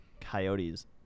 Coyotes